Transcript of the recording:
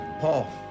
Paul